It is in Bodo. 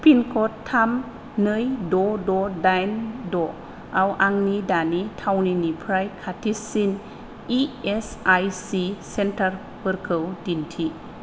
पिनकड थाम नै द' द' दाइन द' आव आंनि दानि थावनिनिफ्राय खाथिसिन इ एस आइ सि सेन्टारफोरखौ दिन्थि